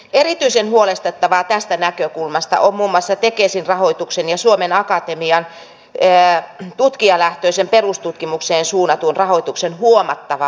erityisen huolestuttavaa tästä näkökulmasta on muun muassa tekesin rahoituksen ja suomen akatemian tutkijalähtöiseen perustutkimukseen suunnatun rahoituksen huomattava vähentäminen